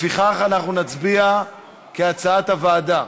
לפיכך, אנחנו נצביע כהצעת הוועדה.